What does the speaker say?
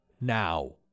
now